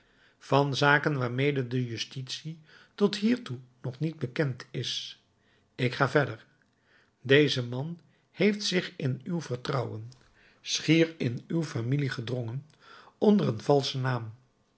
van zaken waarmede de justitie tot hiertoe nog niet bekend is ik ga verder deze man heeft zich in uw vertrouwen schier in uw familie gedrongen onder een valschen naam